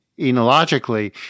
enologically